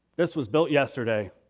this was built yesterday.